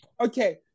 Okay